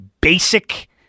basic